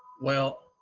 well,